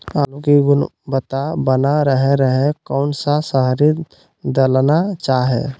आलू की गुनबता बना रहे रहे कौन सा शहरी दलना चाये?